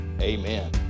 amen